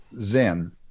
Zen